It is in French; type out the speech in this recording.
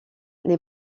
les